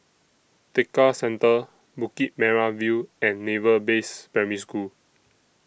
Tekka Centre Bukit Merah View and Naval Base Primary School